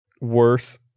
worse